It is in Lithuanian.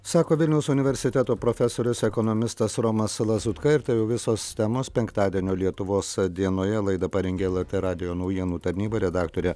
sako vilniaus universiteto profesorius ekonomistas romas lazutka ir tai jau visos temos penktadienio lietuvos dienoje laidą parengė lrt radijo naujienų tarnyba redaktorė